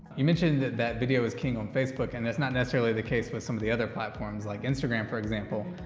you mentioned that that video is king on facebook, and it's not necessarily the case with some of the other platforms, like and for example,